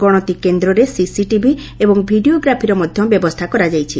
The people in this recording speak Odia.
ଗଶତିକେନ୍ଦରେ ସିସିଟିଭି ଏବଂ ଭିଡ଼ିଓଗ୍ରାଫିର ମଧ ବ୍ୟବସ୍ତା କରାଯାଇଛି